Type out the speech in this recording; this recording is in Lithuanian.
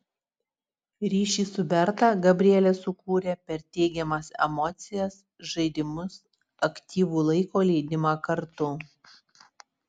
ryšį su berta gabrielė sukūrė per teigiamas emocijas žaidimus aktyvų laiko leidimą kartu